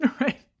right